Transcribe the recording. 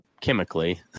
chemically